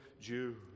Jews